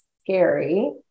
scary